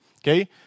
Okay